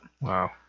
Wow